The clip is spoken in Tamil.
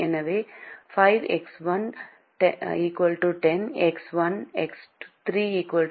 எனவே 5 எக்ஸ் 1 10 எக்ஸ் 1 எக்ஸ் 3 4